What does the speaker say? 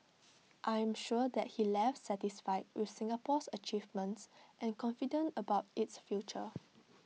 I am sure that he left satisfied with Singapore's achievements and confident about its future